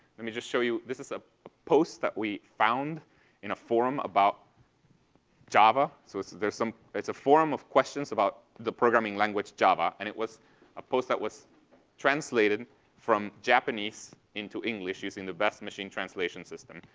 let me just show you this is a a post that we found in a forum about java. so there's some it's a forum of questions about the programming language java, and it was a post that was translated from japanese into english using the best machine translation system.